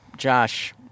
Josh